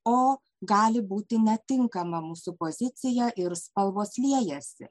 o gali būti netinkama mūsų pozicija ir spalvos liejasi